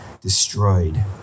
destroyed